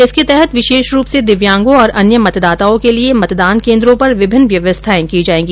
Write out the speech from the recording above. इसके तहत विशेष रूप से दिव्यांगों और अन्य मतदाताओं के लिये मतदान केन्द्रों पर विभिन्न व्यवस्थायें की जायेगी